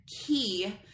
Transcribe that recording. key